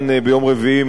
מטעם הממשלה,